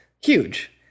huge